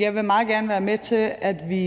Jeg vil meget gerne være med til, at vi